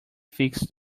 fixed